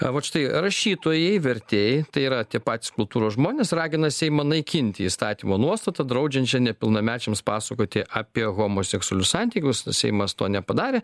a vat štai rašytojai vertėjai tai yra tie patys kultūros žmonės ragina seimą naikinti įstatymo nuostatą draudžiančią nepilnamečiams pasakoti apie homoseksualius santykius seimas to nepadarė